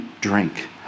drink